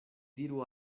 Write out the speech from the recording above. diru